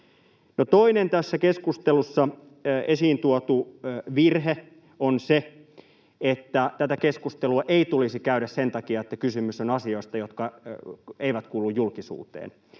toinen tässä keskustelussa esiin tuotu virhe on se, että tätä keskustelua ei tulisi käydä sen takia, että kysymys on asioista, jotka eivät kuulu julkisuuteen,